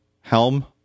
helm